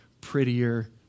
prettier